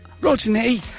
Rodney